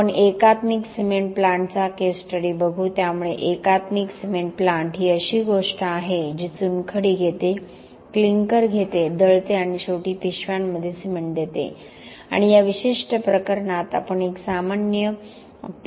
आपण एकात्मिक सिमेंट प्लांटचा केस स्टडी बघू त्यामुळे एकात्मिक सिमेंट प्लांट ही अशी गोष्ट आहे जी चुनखडी घेते क्लिंकर घेते दळते आणि शेवटी पिशव्यामध्ये सिमेंट देते आणि या विशिष्ट प्रकरणात आपण एक सामान्य कारखाना पाहणार आहोत